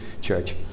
church